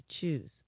choose